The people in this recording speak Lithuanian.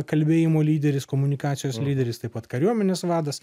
kalbėjimo lyderis komunikacijos lyderis taip pat kariuomenės vadas